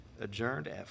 adjourned